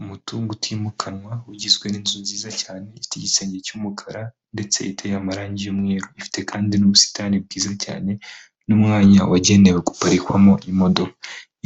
Umutungo utimukanwa ugizwe n'inzu nziza cyane, ifite igisenge cy'umukara ndetse iteye amarangi y'umweru, ifite kandi n'ubusitani bwiza cyane n'umwanya wagenewe guparikwamo imodoka,